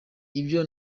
ivyo